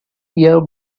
year